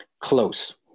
Close